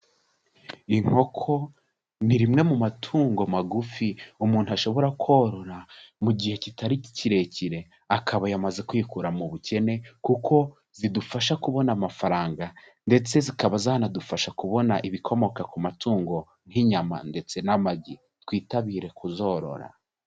Inkoko ni rimwe mu matungo magufi umuntu ashobora korora mu gihe kitari kirekire akaba yamaze kwikura mu bukene, kuko zidufasha kubona amafaranga ndetse zikaba zanadufasha kubona ibikomoka ku matungo nk'inyama ndetse n'amagi. Twitabire kuzorora.